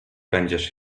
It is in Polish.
będziesz